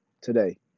today